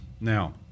Now